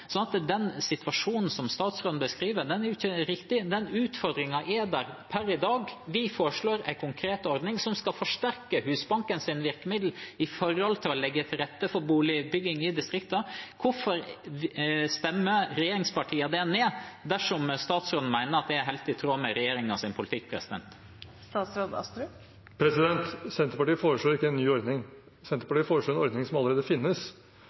dag. Vi foreslår en konkret ordning som skal forsterke Husbankens virkemidler for å legge til rette for boligbygging i distriktene. Hvorfor stemmer regjeringspartiene det ned dersom statsråden mener at det er helt i tråd med regjeringens politikk? Senterpartiet foreslår ikke en ny ordning, Senterpartiet foreslår en ordning som allerede finnes.